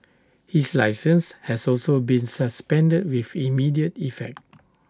his licence has also been suspended with immediate effect